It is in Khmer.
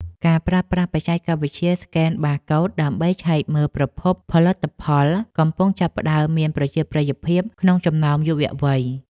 ការប្រើប្រាស់បច្ចេកវិទ្យាស្កេនបាកូដដើម្បីឆែកមើលប្រភពផលិតផលកំពុងចាប់ផ្តើមមានប្រជាប្រិយភាពក្នុងចំណោមយុវវ័យ។